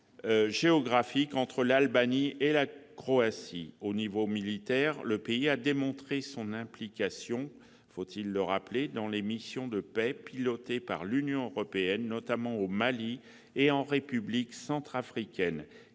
un continuum géographique entre l'Albanie et la Croatie. Au niveau militaire, le pays a démontré son implication dans les missions de paix pilotées par l'Union européenne, notamment au Mali et en République centrafricaine.